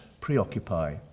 preoccupy